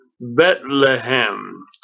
Bethlehem